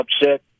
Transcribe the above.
upset